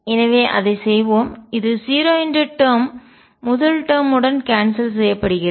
எனவே அதைச் செய்வோம் இது 0 என்ற இந்த டேர்ம் முதல் டேர்ம் உடன் கான்செல் செய்யப்படுகிறது